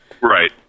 Right